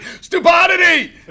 Stupidity